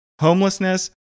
homelessness